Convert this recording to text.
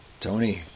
Tony